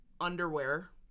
underwear